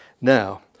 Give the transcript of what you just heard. Now